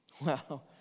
Wow